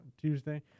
Tuesday